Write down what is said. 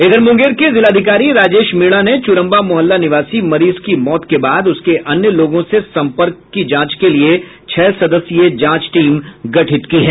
इधर मुंगेर के जिलाधिकारी राजेश मीणा ने चुरम्बा मोहल्ला निवासी मरीज की मौत के बाद उसके अन्य लोगों से सम्पर्क की जांच के लिए छह सदस्यी जांच टीम गठित की है